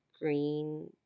green